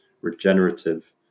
regenerative